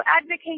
advocate